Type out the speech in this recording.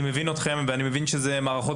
אני מבין אתכם ואני מבין שאלה מערכות